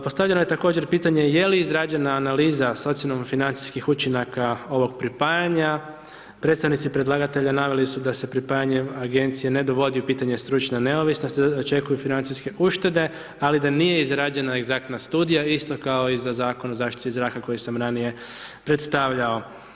Postavljeno je također pitanje je li izrađena analiza s ocjenom financijskih učinaka ovog pripajanja, predstavnici predlagatelja naveli su da se pripajanje agencije ne dovodi u pitanje stručne neovisnosti, očekuju financijske uštede ali da nije izrađena egzaktna studija isto kao i za Zakon o zaštiti zraka koji sam ranije predstavljao.